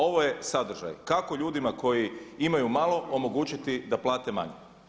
Ovo je sadržaj kako ljudima koji imaju malo omogućiti da plate manje.